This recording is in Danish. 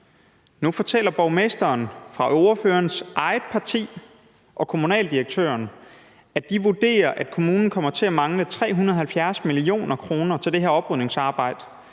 Nu fortæller borgmesteren fra ordførerens eget parti og kommunaldirektøren, at de vurderer, at kommunen kommer til at mangle 370 mio. kr. til det her oprydningsarbejde.